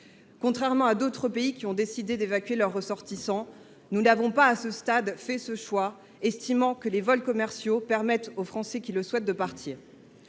Contrairement à d’autres pays qui ont décidé d’évacuer leurs ressortissants, nous n’avons pas, à ce stade, fait ce choix, estimant que les vols commerciaux permettaient aux Français qui le souhaitaient de partir.